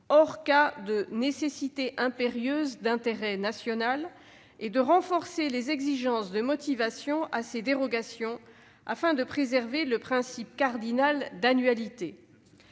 hors cas de nécessité impérieuse d'intérêt national, et à renforcer les exigences de motivation applicables à ces dérogations afin de préserver le principe cardinal d'annualité.